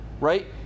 right